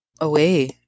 away